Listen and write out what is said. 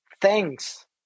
Thanks